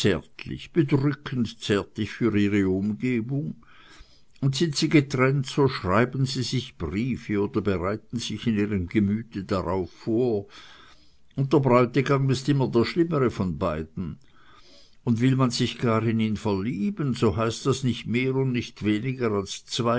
bedrückend zärtlich für ihre umgebung und sind sie getrennt so schreiben sie sich briefe oder bereiten sich in ihrem gemüte darauf vor und der bräutigam ist immer der schlimmere von beiden und will man sich gar in ihn verlieben so heißt das nicht mehr und nicht weniger als